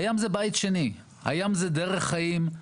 הים זה בית שני, הים זה דרך חיים,